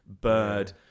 bird